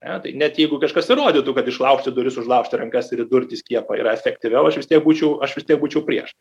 ane tai net jeigu kažkas įrodytų kad išlaužti duris užlaužti rankas ir įdurti skiepą yra efektyviau aš vis tiek būčiau aš vis tiek būčiau prieš